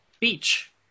beach